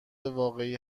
واقعی